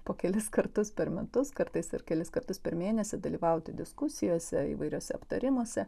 po kelis kartus per metus kartais ir kelis kartus per mėnesį dalyvauti diskusijose įvairiuose aptarimuose